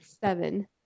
seven